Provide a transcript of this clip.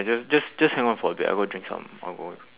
I just just just hang on for a bit I go and drink some I go out